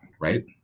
right